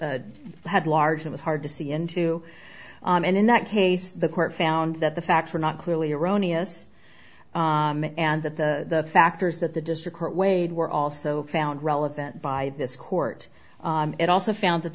s had large it was hard to see into and in that case the court found that the facts were not clearly erroneous and that the factors that the district court weighed were also found relevant by this court it also found that